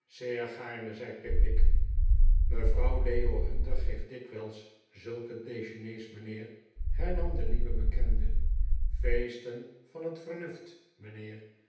zei pickwick mevrouw leo hunter geeft dikwijls zulke dejeuners mijnheer hernam de nieuwe bekende feesten van het vernuft mijnheer